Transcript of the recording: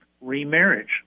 remarriage